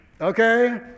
Okay